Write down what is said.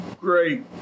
great